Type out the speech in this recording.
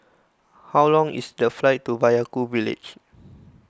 how long is the flight to Vaiaku Village